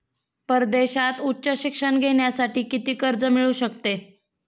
परदेशात उच्च शिक्षण घेण्यासाठी किती कर्ज मिळू शकते?